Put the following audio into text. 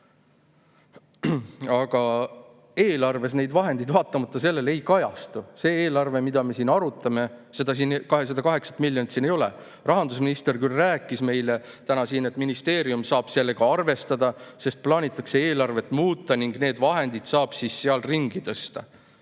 eelarves need vahendid vaatamata sellele ei kajastu. Selles eelarves, mida me siin arutame, seda 8 miljonit ei ole. Rahandusminister küll rääkis meile täna siin, et ministeerium saab sellega arvestada, sest plaanitakse eelarvet muuta ning need vahendid saab ringi tõsta.